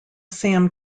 sam